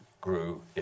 grew